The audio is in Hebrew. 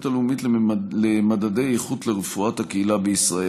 הלאומית למדדי איכות לרפואת הקהילה בישראל.